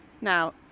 Now